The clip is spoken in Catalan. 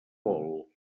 vol